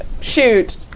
shoot